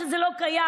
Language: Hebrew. שזה לא קיים.